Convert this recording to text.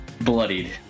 bloodied